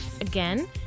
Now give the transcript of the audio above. Again